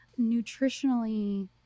nutritionally